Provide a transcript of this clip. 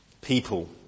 people